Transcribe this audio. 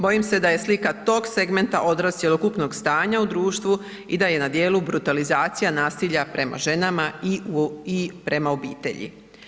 Bojim se da je slika tog segmenta odraz cjelokupnog stanja u društvu i da je na dijelu brutalizacija nasilja prema ženama i prema obitelji.